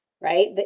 right